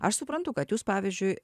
aš suprantu kad jūs pavyzdžiui